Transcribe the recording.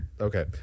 Okay